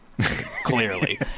Clearly